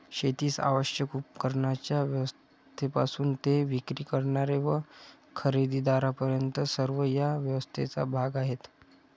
शेतीस आवश्यक उपकरणांच्या व्यवस्थेपासून ते विक्री करणारे व खरेदीदारांपर्यंत सर्व या व्यवस्थेचा भाग आहेत